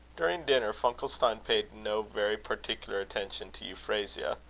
during dinner, funkelstein paid no very particular attention to euphrasia,